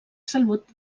salut